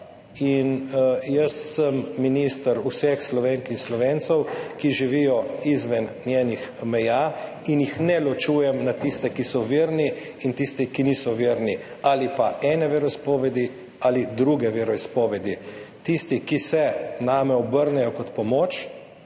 In jaz sem minister vseh Slovenk in Slovencev, ki živijo izven njenih meja, in jih ne ločujem na tiste, ki so verni, in tisti, ki niso verni, ali pa ene veroizpovedi ali druge veroizpovedi. Tisti, ki se name obrnejo za pomoč,